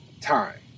time